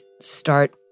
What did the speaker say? start